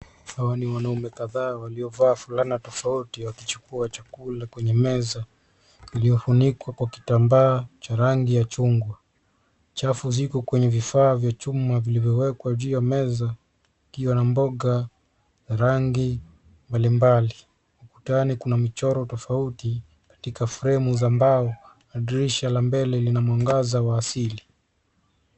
Hawa ni wanaume kadhaa waliovaa fulana tofauti, wakichukua chakula kwenye meza iliyofunikwa kwa kitambaa cha rangi ya chungwa. Chafu ziko kwenye vifaa vya chuma vilivyowekwa juu ya meza, vikiwa na mboga rangi mbali mbali. Ukutani kuna michoro tofauti katika fremu za mbao, na dirisha la mbele lina mwangaza wa asili.